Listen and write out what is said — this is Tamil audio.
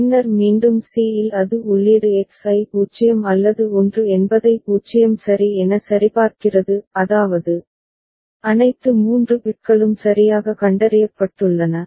பின்னர் மீண்டும் c இல் அது உள்ளீடு X ஐ 0 அல்லது 1 என்பதை 0 சரி என சரிபார்க்கிறது அதாவது அனைத்து 3 பிட்களும் சரியாக கண்டறியப்பட்டுள்ளன